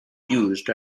used